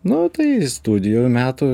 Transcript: nu tai studijų metų